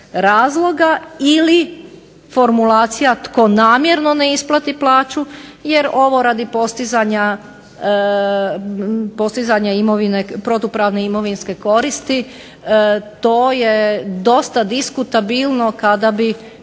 razloga ili formulacija tko namjerno ne isplati plaću, jer ovo radi postizanja protupravne imovinske koristi to je dosta diskutabilno kada bi